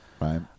right